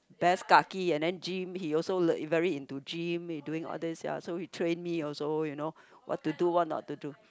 best kaki and then gym he also very into gym he doing all this ya so he train me also you know what to do what not to do